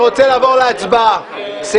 התשע"ט-2018 אנחנו עוברים לסעיף